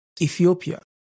Ethiopia